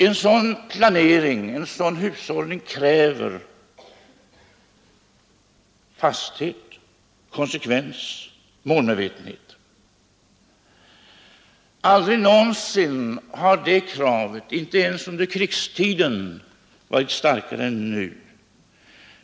En sådan planering, en sådan hushållning kräver fasthet, konsekvens, målmedvetenhet. Aldrig någonsin, inte ens under krigstiden, har det kravet varit starkare än nu.